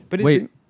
Wait